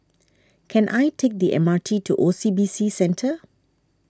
can I take the M R T to O C B C Centre